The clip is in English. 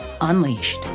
Unleashed